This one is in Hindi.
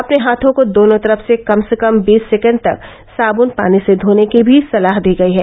अपने हाथों को दोनों तरफ से कम से कम बीस सेकेण्ड तक सादन पानी से धोने की भी सलाह दी गयी है